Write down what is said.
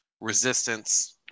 resistance